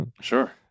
Sure